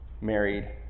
married